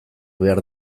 behar